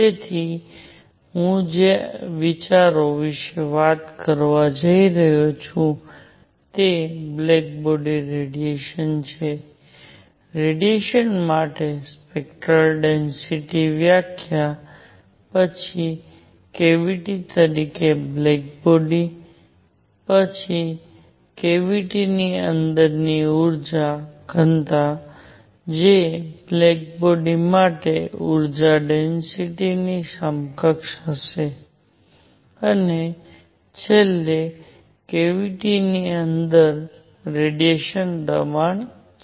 તેથી હું જે વિચારો વિશે વાત કરવા જઈ રહ્યો છું તે બ્લેક બોડી રેડિયેશન છે રેડિયેશન માટે સ્પેક્ટ્રલ ડેન્સિટિ વ્યાખ્યા પછી કેવીટી તરીકે બ્લેક બોડી પછી કેવીટી ની અંદર ઊર્જાની ઘનતા જે બ્લેક બોડી માટે ઊર્જાડેન્સિટિની સમકક્ષ હશે અને છેલ્લે કેવીટી ની અંદર રેડિયેશન દબાણ છે